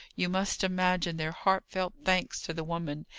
you must imagine their heartfelt thanks to the woman,